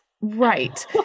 Right